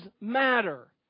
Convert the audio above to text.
matter